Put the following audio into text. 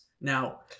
Now